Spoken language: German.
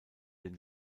den